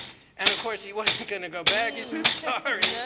and of course he wasn't going to go back. he said, sorry. yeah